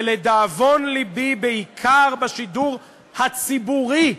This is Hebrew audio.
ולדאבון לבי, בעיקר בשידור הציבורי.